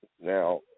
Now